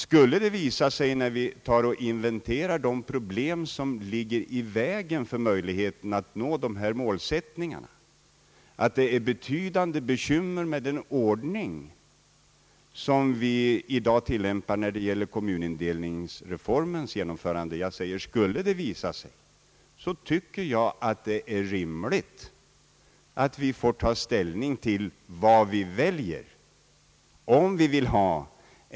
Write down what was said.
Skulle det visa sig, när vi inventerar de problem som ligger i vägen för möjligheterna att nå dessa mål, att det är betydande bekymmer med den ordning, som vi i dag tillämpar beträffande kommunindelningsreformens genomförande, så är det rimligt att vi får ta ställning till vad vi skall välja.